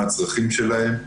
מה הצרכים שלהם.